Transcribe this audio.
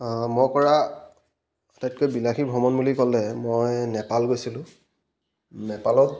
মই কৰা আটাইতকৈ বিলাসী ভ্ৰমণ বুলি ক'লে মই নেপাল গৈছিলোঁ নেপালত